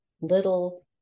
little